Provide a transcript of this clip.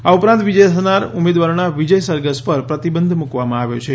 આ ઉપરાંત વિજેતા થનાર ઉમેદવારોના વિજય સરઘસ ઉપર પ્રતિબંધ મૂકવામાં આવ્યો છે